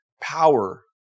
power